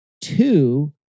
Two